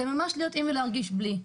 זה ממש להיות עם ולהרגיש בלי.